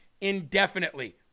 indefinitely